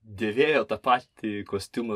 dėvėjo tą patį kostiumą